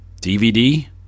DVD